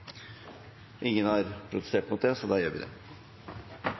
Ingen har protestert mot det, så da gjør vi det.